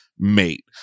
mate